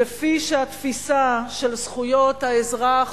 כפי שהתפיסה של זכויות האזרח,